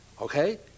Okay